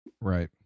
right